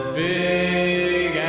big